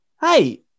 Hey